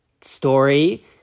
story